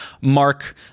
Mark